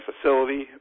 facility